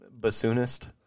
bassoonist